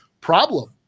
problem